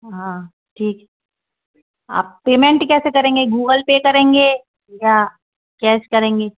हाँ ठीक आप पेमेंट कैसे करेंगें गूगल पे करेंगें या कैश करेंगी